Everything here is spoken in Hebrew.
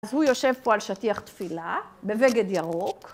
אז הוא יושב פה על שטיח תפילה, בבגד ירוק.